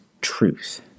truth